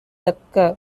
தக்க